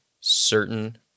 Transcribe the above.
certain